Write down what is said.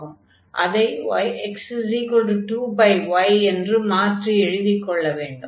அதை x2y என்று மாற்றி எழுதிக் கொள்ள வேண்டும்